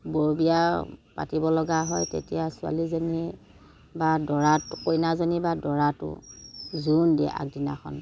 বৰবিয়া পাতিব লগা হয় তেতিয়া ছোৱালীজনী বা দৰা কইনাজনী বা দৰাটো জোৰোণ দিয়ে আগদিনাখন